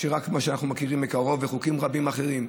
רק מה שאנחנו מכירים מקרוב, וחוקים רבים אחרים.